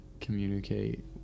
communicate